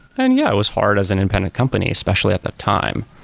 and yeah, it was hard as an independent company, especially at that time.